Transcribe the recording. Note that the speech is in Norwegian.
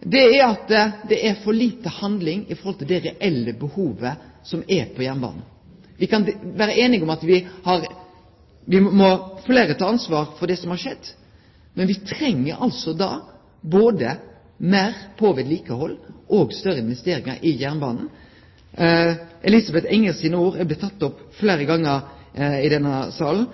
er at det er for lite handling i høve til det reelle behovet som er på jernbanen. Me kan vere einige om at fleire må ta ansvar for det som har skjedd, men me treng både meir til vedlikehald og større investeringar i jernbanen. Elisabeth Engers ord er blitt teke opp fleire gonger i denne salen.